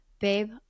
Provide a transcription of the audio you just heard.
babe